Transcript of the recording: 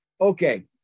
okay